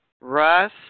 Russ